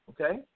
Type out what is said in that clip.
okay